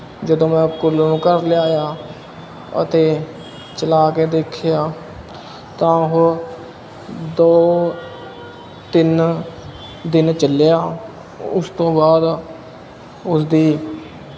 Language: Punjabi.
ਜਦੋਂ ਮੈਂ ਕੂਲਰ ਨੂੰ ਘਰ ਲਿਆਇਆ ਅਤੇ ਚਲਾ ਕੇ ਦੇਖਿਆ ਤਾਂ ਉਹ ਦੋ ਤਿੰਨ ਦਿਨ ਚੱਲਿਆ ਉਸ ਤੋਂ ਬਾਅਦ ਉਸਦੀ